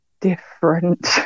different